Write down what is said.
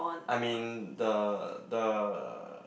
I mean the the